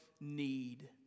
need